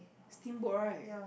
steamboat right